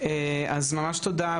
אז ממש תודה,